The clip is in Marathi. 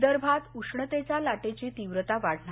विदर्भात उष्णतेच्या लाटेची तीव्रता वाढणार